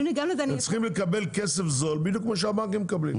הם צריכים לקבל כסף זול בדיוק כמו שהבנקים מקבלים.